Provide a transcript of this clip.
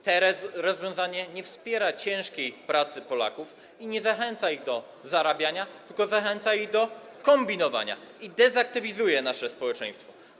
To rozwiązanie nie wspiera ciężkiej pracy Polaków i nie zachęca ich do zarabiania, tylko zachęca ich do kombinowania i dezaktywizuje nasze społeczeństwo.